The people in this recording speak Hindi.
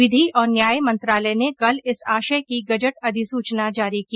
विधि और न्याय मंत्रालय ने कल इस आशय की गजट अधिसूचना जारी की